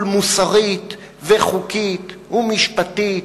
פסול מוסרית וחוקית ומשפטית,